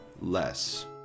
less